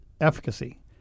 efficacy